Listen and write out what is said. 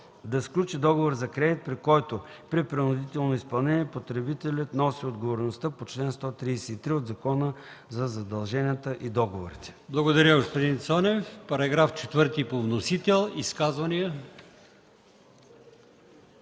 да сключи договор за кредит, при който при принудително изпълнение потребителят носи отговорността по чл. 133 от Закона за задълженията и договорите.” ПРЕДСЕДАТЕЛ АЛИОСМАН ИМАМОВ: Благодаря, господин Цонев. Параграф 4 по вносител – изказвания?